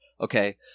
Okay